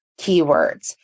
keywords